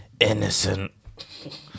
Innocent